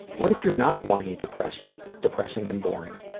what if you're not whiny depressing depressing and boring?